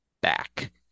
back